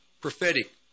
prophetic